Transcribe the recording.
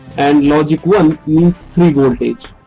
and logic one means three voltage.